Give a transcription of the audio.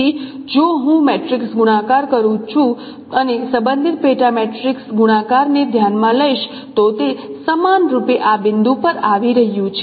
તેથી જો હું મેટ્રિક્સ ગુણાકાર કરું છું અને સંબંધિત પેટા મેટ્રિક્સ ગુણાકારને ધ્યાનમાં લઈશ તો તે સમાનરૂપે આ બિંદુ પર આવી રહ્યું છે